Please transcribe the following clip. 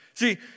See